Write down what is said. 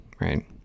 right